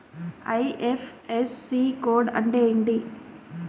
IFSC code అంటే ఏంటి?